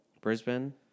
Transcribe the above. Brisbane